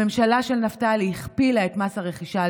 הממשלה של נפתלי הכפילה את מס הרכישה על